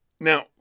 Now